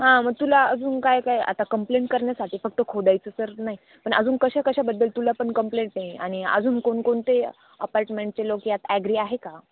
हां मग तुला अजून काय काय आता कंप्लेंट करण्यासाठी फक्त खोदायचं तर नाही पण अजून कशा कशाबद्दल तुला पण कंप्लेंट आहे आणि अजून कोणकोणते अपार्टमेंटचे लोक यात ॲग्री आहे का